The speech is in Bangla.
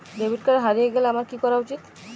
ডেবিট কার্ড হারিয়ে গেলে আমার কি করা উচিৎ?